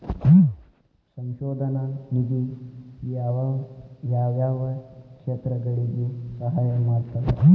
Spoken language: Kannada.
ಸಂಶೋಧನಾ ನಿಧಿ ಯಾವ್ಯಾವ ಕ್ಷೇತ್ರಗಳಿಗಿ ಸಹಾಯ ಮಾಡ್ತದ